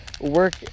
work